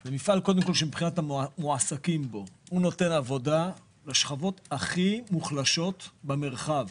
זה מפעל שנותן עבודה לשכבות הכי מוחלשות במרחב,